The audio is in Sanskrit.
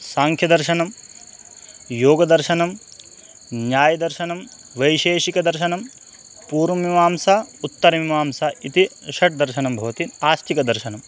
साङ्ख्यदर्शनं योगदर्शनं न्यायदर्शनं वैशेषिकदर्शनं पूर्वमिमांसा उत्तरमिमांसा इति षड्दर्शनं भवति आस्तिकदर्शनम्